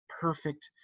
perfect